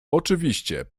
oczywiście